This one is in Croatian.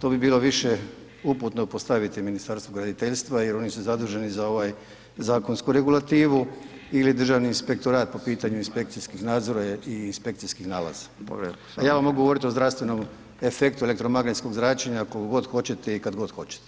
to bilo više uputno postaviti Ministarstvu graditeljstva jer oni su zaduženi za ovu zakonsku regulativu ili Državni inspektorat po pitanju inspekcijskih nadzora i inspekcijskih nalaza a ja mogu govorit o zdravstvenom efektu elektromagnetskog zračenja koliko god hoćete i kad god hoćete.